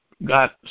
got